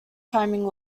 timing